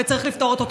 וצריך לפתור אותו.